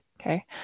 Okay